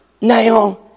now